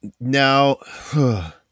Now